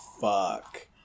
fuck